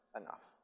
enough